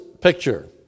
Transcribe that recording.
picture